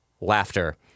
Laughter